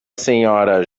sra